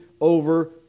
over